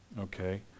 Okay